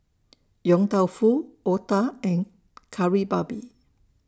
Yong Tau Foo Otah and Kari Babi